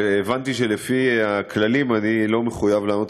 הבנתי שלפי הכללים אני לא מחויב לענות